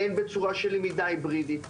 הן בצורה של למידה היברידית,